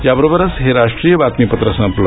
याबरोबरच हे राष्ट्रीय बातमीपत्र संपलं